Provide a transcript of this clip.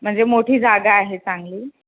म्हणजे मोठी जागा आहे चांगली